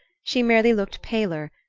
she merely looked paler,